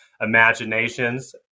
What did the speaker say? imaginations